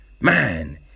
man